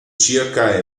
circa